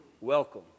Welcome